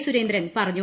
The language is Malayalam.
സുരേന്ദ്രൻ പറഞ്ഞു